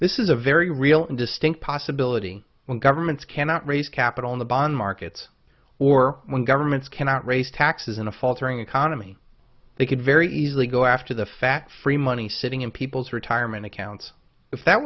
this is a very real and distinct possibility when governments cannot raise capital in the bond markets or when governments cannot raise taxes in a faltering economy they could very easily go after the fact free money sitting in people's retirement accounts if that